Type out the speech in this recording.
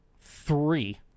three